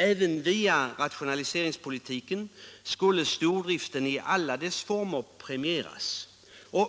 Även via rationaliseringspolitiken skulle stordriften i alla dess former premieras.